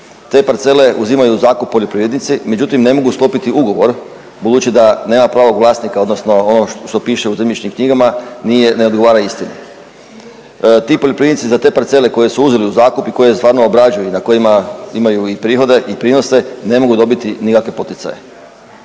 Te parcele uzimaju u zakup poljoprivrednici, međutim ne mogu sklopiti ugovor budući da nema pravog vlasnika, odnosno ono što piše u zemljišnim knjigama nije, ne odgovara istini. Ti poljoprivrednici za te parcele koje su uzeli u zakup i koje stvarno obrađuju i na kojima imaju i prihode i prinose ne mogu dobiti nikakve poticaje.